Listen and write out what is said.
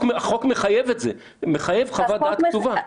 מחייב חוות דעת כתובה.